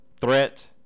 threat